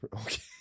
okay